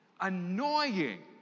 annoying